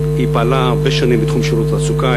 היא פעלה הרבה שנים בתחום שירות התעסוקה.